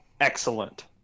excellent